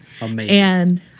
Amazing